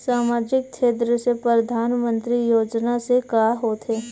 सामजिक क्षेत्र से परधानमंतरी योजना से का होथे?